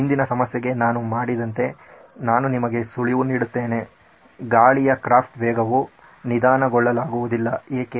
ಹಿಂದಿನ ಸಮಸ್ಯೆಗೆ ನಾನು ಮಾಡಿದಂತೆ ನಾನು ನಿಮಗೆ ಸುಳಿವು ನೀಡುತ್ತೇನೆ ಗಾಳಿಯ ಕ್ರಾಫ್ಟ್ನ ವೇಗವು ನಿಧಾನಗೊಳ್ಳಲಾಗುವುದಿಲ್ಲ ಏಕೆ